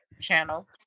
channel